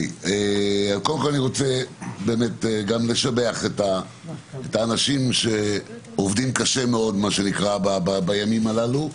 אני רוצה גם לשבח את האנשים שעובדים קשה מאוד בימים הללו.